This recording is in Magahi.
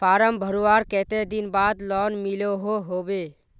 फारम भरवार कते दिन बाद लोन मिलोहो होबे?